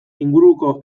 inguruko